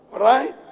right